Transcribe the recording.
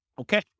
Okay